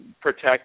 protect